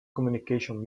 communications